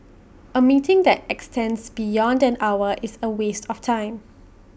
A meeting that extends beyond an hour is A waste of time